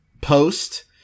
post